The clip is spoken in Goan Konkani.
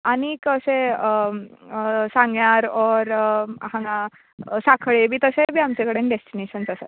आनीक अशें सांग्यार ऑर हांगा साखळे बीन तशेंय आमचें कडेन डेशटिनेशन्स आसात